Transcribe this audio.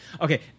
Okay